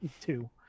two